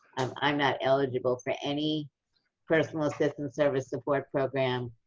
i'm not eligible for any personal assistant service support program,